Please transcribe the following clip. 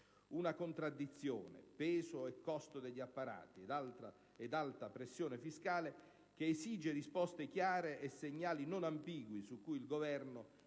una contraddizione - peso e costo degli apparati ed alta pressione fiscale - che esige risposte chiare e segnali non ambigui, su cui il Governo